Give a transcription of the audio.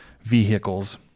vehicles